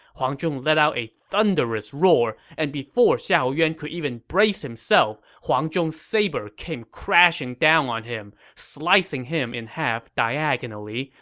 huang zhong let out a thunderous roar, and before xiahou yuan could even brace himself, huang zhong's sabre came and down on him, slicing him in half diagonally,